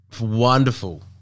Wonderful